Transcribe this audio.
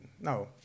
No